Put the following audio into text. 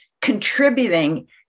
contributing